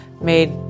made